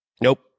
nope